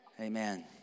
Amen